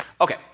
Okay